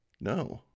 No